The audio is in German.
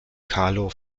carlo